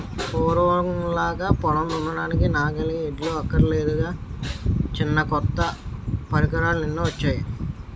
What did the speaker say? పూర్వంలాగా పొలం దున్నడానికి నాగలి, ఎడ్లు అక్కర్లేదురా చిన్నా కొత్త పరికరాలెన్నొచ్చేయో